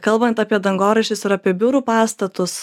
kalbant apie dangoraižius ir apie biurų pastatus